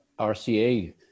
RCA